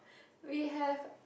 we have